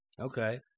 Okay